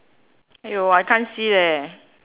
!aiyo! I can't see eh